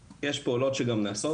יש פעולות שגם נעשות,